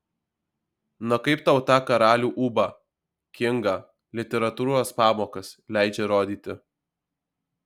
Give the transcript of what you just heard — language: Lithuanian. na kaip tau tą karalių ūbą kingą literatūros pamokas leidžia rodyti